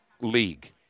league